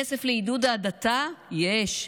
כסף לעידוד ההדתה יש.